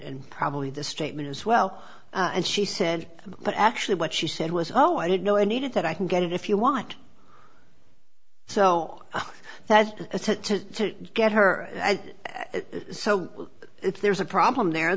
and probably the statement as well and she said but actually what she said was oh i didn't know i needed that i can get it if you want so so as to get her so if there's a problem there